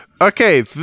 Okay